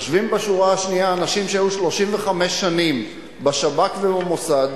יושבים בשורה השנייה אנשים שהיו 35 שנים בשב"כ ובמוסד,